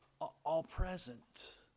all-present